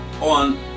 on